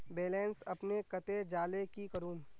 Balance अपने कते जाले की करूम?